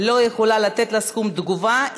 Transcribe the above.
לא יכולה להינתן לך זכות תגובה.